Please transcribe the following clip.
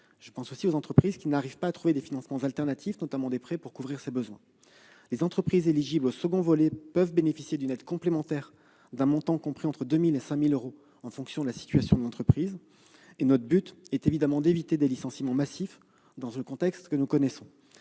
de ces entreprises ne parviennent pas à trouver de financement alternatif, notamment des prêts, pour couvrir ces besoins. Les entreprises éligibles au second volet peuvent bénéficier d'une aide complémentaire d'un montant compris entre 2 000 euros et 5 000 euros en fonction de leur situation. Notre objectif est d'éviter des licenciements massifs dans le contexte que nous connaissons.